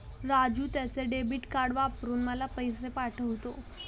राजू त्याचे debit card वापरून मला पैसे पाठवतो